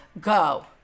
go